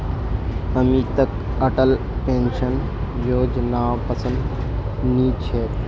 अमितक अटल पेंशन योजनापसंद नी छेक